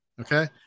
Okay